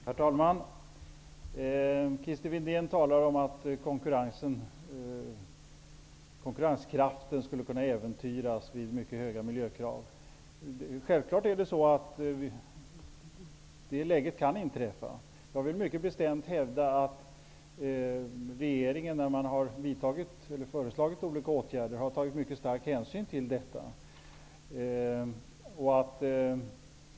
Herr talman! Christer Windén talar om att konkurrenskraften skulle kunna äventyras vid mycket höga miljökrav. Självfallet kan det inträffa. Jag vill mycket bestämt hävda att regeringen, när den har föreslagit olika åtgärder, har tagit mycket stor hänsyn till detta.